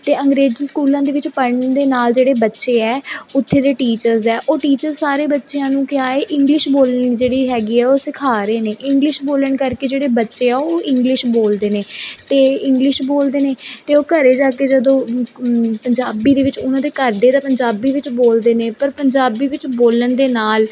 ਅਤੇ ਅੰਗਰੇਜ਼ੀ ਸਕੂਲਾਂ ਦੇ ਵਿੱਚ ਪੜ੍ਹਨ ਦੇ ਨਾਲ ਜਿਹੜੇ ਬੱਚੇ ਹੈ ਉੱਥੇ ਦੇ ਟੀਚਰਸ ਹੈ ਉਹ ਟੀਚਰ ਸਾਰੇ ਬੱਚਿਆਂ ਨੂੰ ਕਿਆ ਏ ਇੰਗਲਿਸ਼ ਬੋਲਣੀ ਜਿਹੜੀ ਹੈਗੀ ਆ ਉਹ ਸਿਖਾ ਰਹੇ ਨੇ ਇੰਗਲਿਸ਼ ਬੋਲਣ ਕਰਕੇ ਜਿਹੜੇ ਬੱਚੇ ਆ ਉਹ ਇੰਗਲਿਸ਼ ਬੋਲਦੇ ਨੇ ਤੇ ਇੰਗਲਿਸ਼ ਬੋਲਦੇ ਨੇ ਤੇ ਉਹ ਘਰੇ ਜਾ ਕੇ ਜਦੋਂ ਪੰਜਾਬੀ ਦੇ ਵਿੱਚ ਉਹਨਾਂ ਦੇ ਘਰ ਦੇ ਤਾਂ ਪੰਜਾਬੀ ਵਿੱਚ ਬੋਲਦੇ ਨੇ ਪਰ ਪੰਜਾਬੀ ਵਿੱਚ ਬੋਲਣ ਦੇ ਨਾਲ